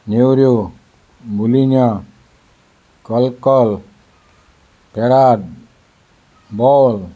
नेवऱ्यो बोलिनया कलकल तेराद बल